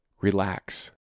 Relax